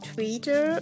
Twitter